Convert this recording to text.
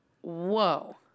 Whoa